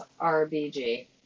RBG